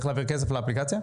צריך להעביר כסף לאפליקציה?